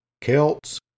Celts